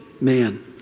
man